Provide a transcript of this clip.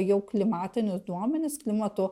jau klimatinius duomenis klimato